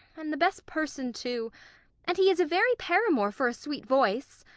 and the best person too and he is a very paramour for a sweet voice.